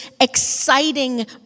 exciting